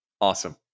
Awesome